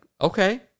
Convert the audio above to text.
okay